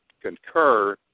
concur